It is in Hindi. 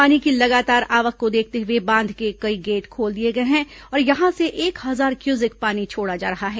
पानी की लगातार आवक को देखते हुए बांध के कई गेट खोल दिए गए हैं और यहां से एक हजार क्यूसेक पानी छोड़ा जा रहा है